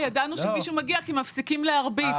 ידענו שמישהו מגיע כי מפסיקים להרביץ.